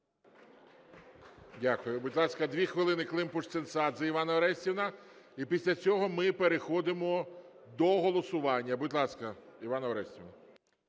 Дякую. Будь ласка, 2 хвилини Климпуш-Цинцадзе Іванна Орестівна. І після цього ми переходимо до голосування. Будь ласка, Іванно Орестівно.